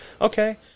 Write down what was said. okay